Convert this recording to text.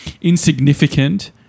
insignificant